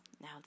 now